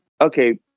Okay